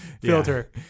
filter